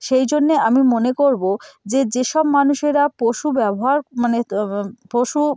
সেই জন্যে আমি মনে করবো যে যেসব মানুষেরা পশু ব্যবহার মানে পশু